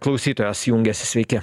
klausytojas jungiasi sveiki